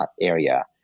area